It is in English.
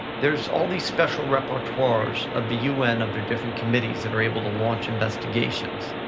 there's all these special repertoires of the un of their different committees that are able to launch investigations